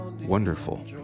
Wonderful